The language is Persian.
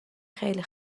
خیلی